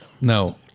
No